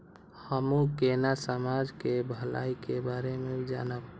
हमू केना समाज के भलाई के बारे में जानब?